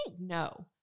no